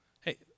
Hey